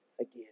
again